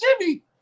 Jimmy